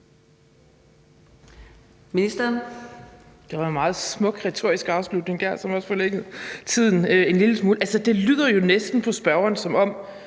det lyder jo næsten på spørgeren, som om